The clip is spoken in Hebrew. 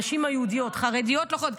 הנשים היהודיות, חרדיות ולא חרדיות.